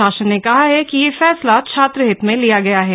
शासन ने कहा है कि यह फैसला छात्रहित में लिया गया है